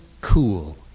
cool